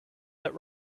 that